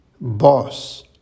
boss